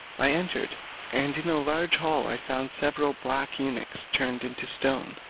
i entered and in a large hall i found several black eunuchs turned into stone.